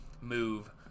move